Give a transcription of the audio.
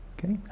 Okay